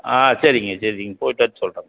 ஆ சரிங்க சரிங்க நீங்கள் போய்ட்டு சொல்கிறேன்